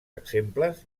exemples